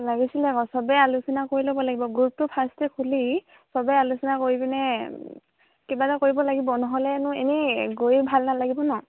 লাগিছিলে আকৌ চবেই আলোচনা কৰি ল'ব লাগিব গ্ৰুপটো ফাৰ্ষ্টে খুলি চবেই আলোচনা কৰি পিনে কিবা এটা কৰিব লাগিব নহ'লেনো এনেই গৈ ভাল নালাগিব ন